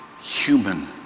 human